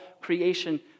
creation